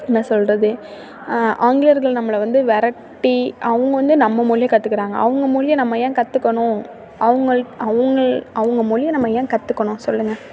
என்ன சொல்கிறது ஆங்கிலேயோர்கள் நம்மள வந்து விரட்டி அவங்க வந்து நம்ம மொழிய கற்றுக்குறாங்க அவங்க மொழியை நம்ம ஏன் கற்றுக்கணும் அவங்கள்க் அவங்கள் அவங்க மொழியை நம்ம ஏன் கற்றுக்கணும் சொல்லுங்க